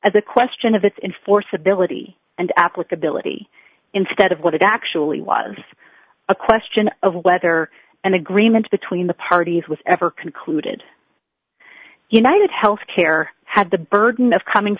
as a question of it's in force ability and applicability instead of what it actually was a question of whether an agreement between the parties was ever concluded united health care had the burden of coming